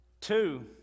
Two